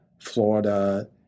Florida